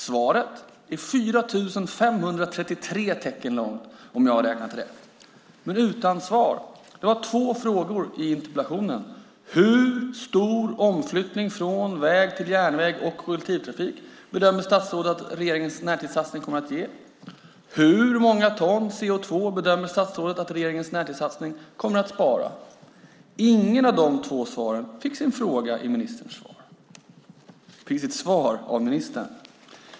Svaret är 4 533 tecken långt, om jag har räknat rätt, men utan svar. Det var två frågor i interpellationen. Hur stor omflyttning från väg till järnväg och kollektivtrafik bedömer statsrådet att regeringens närtidssatsning kommer att ge? Hur många ton CO2 bedömer statsrådet att regeringens närtidssatsning kommer att spara? Ingen av de två frågorna fick sitt svar av ministern.